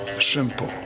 Simple